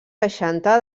seixanta